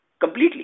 completely